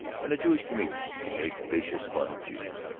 and a jewish comedian made vicious fun of jews.